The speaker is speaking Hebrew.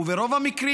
וברוב המקרים,